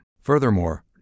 Furthermore